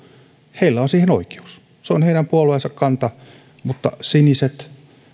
heillä on oikeus se on heidän puolueensa kanta mutta siniset